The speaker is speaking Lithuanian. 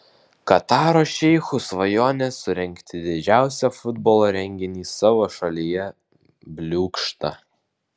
kataro šeichų svajonė surengti didžiausią futbolo renginį savo šalyje bliūkšta